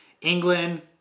England